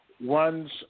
Ones